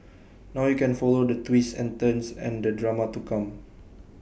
now you can follow the twists and turns and the drama to come